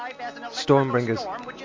Stormbringers